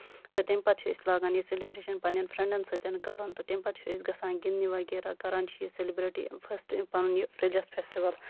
تہٕ تَمہِ پَتہٕ چھِ أسۍ لاگان یہِ سٮ۪لِبریشَن پَنٕنٮ۪ن فرینڈَن سۭتۍ کرُن تہٕ تَمہِ پَتہٕ چھِ أسۍ گژھان گِندنہِ وغیرہ کران چھِ یہِ سٮ۪لِبریٹ یہِ فٔسٹ پَنُن یہِ رٮ۪لِجَس فٮ۪سٹِوَل